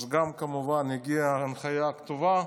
אז כמובן שגם הגיעה ההנחיה הכתובה,